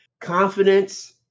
confidence